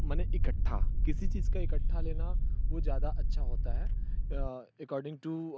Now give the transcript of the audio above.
माने इकट्ठा किसी चीज़ का इकट्ठा लेना वो ज़्यादा अच्छा होता है एकाॅर्डिंग टू